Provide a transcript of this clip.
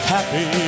Happy